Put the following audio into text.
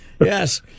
Yes